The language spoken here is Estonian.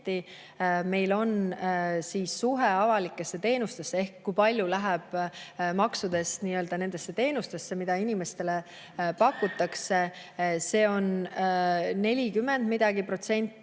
Meil on suhe avalikesse teenustesse ehk kui palju läheb maksudest nendesse teenustesse, mida inimestele pakutakse, 40%